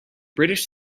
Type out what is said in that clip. british